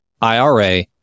IRA